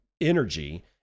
energy